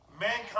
mankind